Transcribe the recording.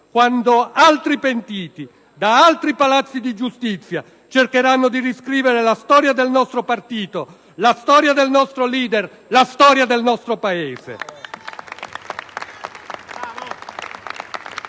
quando altri pentiti, da altri palazzi di giustizia, cercheranno di riscrivere la storia del nostro partito, la storia del nostro leader, la storia del nostro Paese?